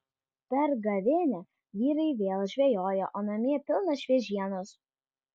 per gavėnią vyrai vėl žvejoja o namie pilna šviežienos